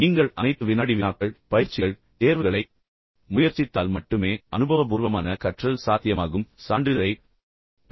நீங்கள் அனைத்து வினாடி வினாக்கள் பயிற்சிகள் மற்றும் தேர்வுகளை முயற்சித்தால் மட்டுமே அனுபவபூர்வமான கற்றல் சாத்தியமாகும் சான்றிதழைப் பெறுவதில் உங்களுக்கு அக்கறை இல்லாவிட்டாலும் கூட